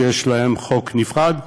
שיש להם חוק נפרד,